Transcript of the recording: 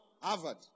Harvard